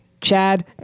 Chad